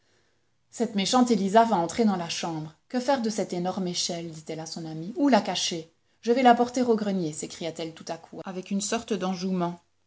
cette méchante élisa va entrer dans la chambre que faire de cette énorme échelle dit-elle à son ami où la cacher je vais la porter au grenier s'écria-t-elle tout à coup avec une sorte d'enjouement